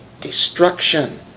Destruction